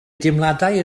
deimladau